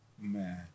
Man